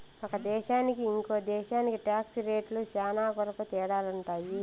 ఒక దేశానికి ఇంకో దేశానికి టాక్స్ రేట్లు శ్యానా కొరకు తేడాలుంటాయి